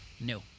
No